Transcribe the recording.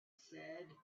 said